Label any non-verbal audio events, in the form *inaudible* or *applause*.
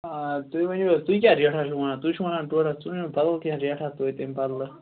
ٲں تُہۍ ؤنِو حظ تُہۍ کیاہ ریٹھاہ چھُو وَنان تُہۍ چھُو وَنان ڈۄڈ ہتھ *unintelligible* بَدل کیٚنٛہہ ریٹھاہ توتہِ امہِ بدلہٕ